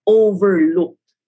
overlooked